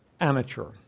amateur